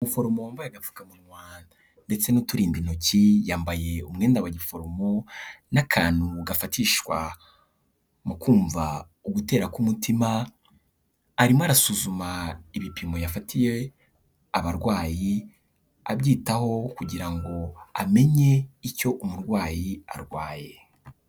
Umuforomo wambaye agapfukamunwa ndetse n'uturindintoki, yambaye umwenda wa giforomo n'akantu gafashishwa mu kumva ugutera k'umutima, arimo arasuzuma ibipimo yafatiye abarwayi, abyitaho kugira ngo amenye icyo umurwayi arwaye.